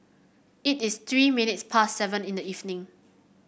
it is three minutes past seven in the evening